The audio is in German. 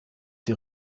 die